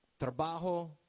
Trabajo